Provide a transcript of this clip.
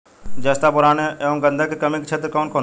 जस्ता बोरान ऐब गंधक के कमी के क्षेत्र कौन कौनहोला?